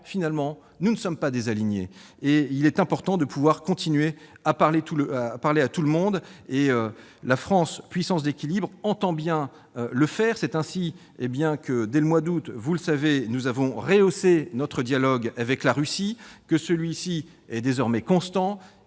Finalement, nous ne sommes pas des alignés. Il est important de pouvoir continuer à parler à tout le monde. La France, puissance d'équilibre, entend bien le faire. C'est ainsi que, dès le mois d'août, nous avons rehaussé notre dialogue avec la Russie, qui est désormais constant.